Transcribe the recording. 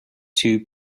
two